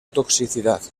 toxicidad